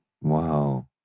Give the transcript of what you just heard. Wow